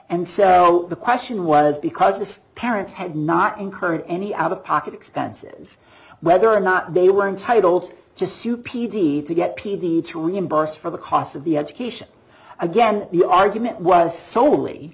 and so the question was because the parents had not incurred any out of pocket expenses whether or not they were entitled to sue p d to get p d to reimburse for the cost of the education again the argument was solely